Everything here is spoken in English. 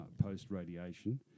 post-radiation